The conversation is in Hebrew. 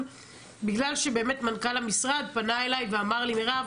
בגלל שבאמת מנכ"ל המשרד פנה אליי ואמר לי, מירב,